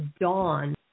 Dawn